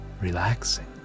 relaxing